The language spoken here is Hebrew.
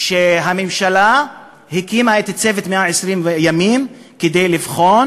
הממשלה הקימה את "צוות 120 הימים" כדי לבחון